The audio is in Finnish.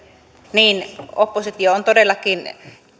niin oppositio on todellakin